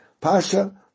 pasha